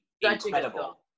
incredible